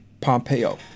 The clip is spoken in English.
Pompeo